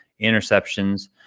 interceptions